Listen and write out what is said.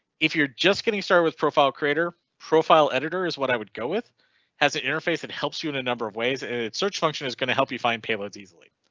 if you're just getting started with profile creator profile editor is what i would go with has an interface that helps you in a number of ways, anet search function is going to help you find payloads easily.